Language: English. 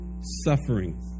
suffering